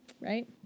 Right